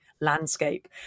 landscape